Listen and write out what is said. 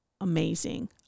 amazing